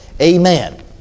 Amen